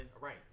Right